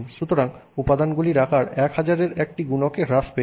সুতরাং উপাদানগুলির আকার 1000 এর একটি গুণকে হ্রাস পেয়েছে